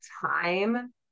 time